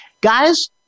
Guys